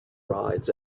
rides